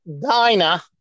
diner